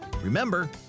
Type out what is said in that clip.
Remember